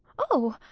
oh!